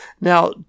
Now